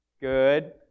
Good